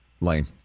Lane